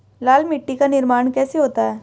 लाल मिट्टी का निर्माण कैसे होता है?